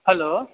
hello